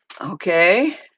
Okay